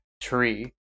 tree